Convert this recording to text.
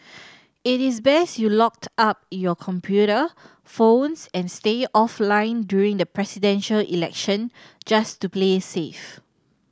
it is best you locked up your computer phones and stay offline during the Presidential Election just to play safe